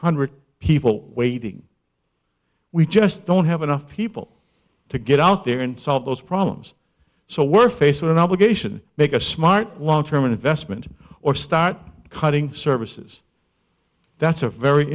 hundred people waiting we just don't have enough people to get out there and solve those problems so we're faced with an obligation make a smart long term investment or start cutting services that's a very